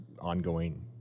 ongoing